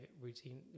routine